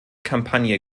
kampagne